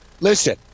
listen